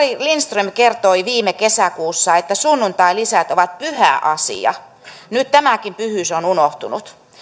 lindström kertoi viime kesäkuussa että sunnuntailisät ovat pyhä asia nyt tämäkin pyhyys on unohtunut